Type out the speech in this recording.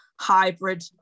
hybrid